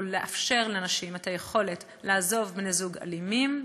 או לאפשר לנשים לעזוב בני-זוג אלימים,